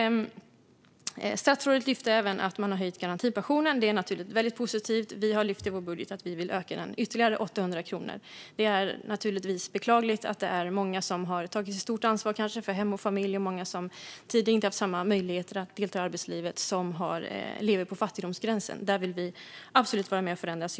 Statsrådet lyfte även fram att man har höjt garantipensionen. Det är väldigt positivt. Vi har i vår budget lyft fram att vi vill öka den med ytterligare 800 kronor. Det är beklagligt att många som har tagit stort ansvar för hem och familj och som tidigare inte haft samma möjligheter att delta i arbetslivet lever på fattigdomsgränsen. Det vill vi absolut vara med om att förändra.